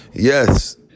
Yes